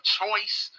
choice